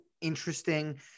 interesting